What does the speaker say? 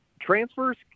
transfers